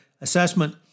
assessment